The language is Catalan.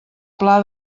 pla